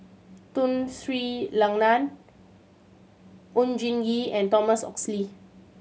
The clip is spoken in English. Tun Sri Lanang Oon Jin Gee and Thomas Oxley